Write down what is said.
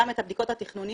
גם את הבדיקות התכנוניות,